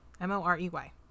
M-O-R-E-Y